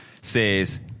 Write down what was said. says